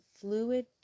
fluid